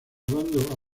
llevando